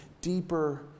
deeper